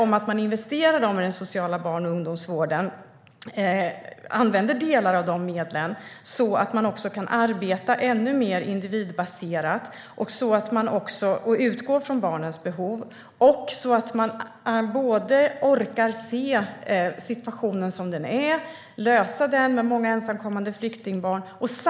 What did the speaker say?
Man kan investera delar av de medlen i den sociala barn och ungdomsvården för att kunna arbeta ännu mer individbaserat, utgå från barnens behov, orka se situationen som den är med många ensamkommande flyktingbarn och lösa den.